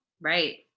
Right